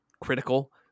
critical